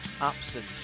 absence